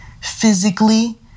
physically